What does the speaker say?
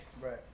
Right